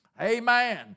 Amen